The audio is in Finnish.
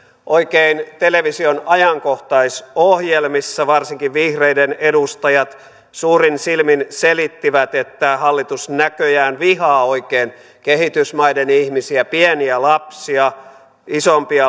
oikein television ajankohtaisohjelmissa varsinkin vihreiden edustajat suurin silmin selittivät että hallitus näköjään oikein vihaa kehitysmaiden ihmisiä pieniä lapsia ja isompia